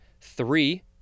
Three